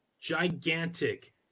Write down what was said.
gigantic